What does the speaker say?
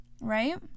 right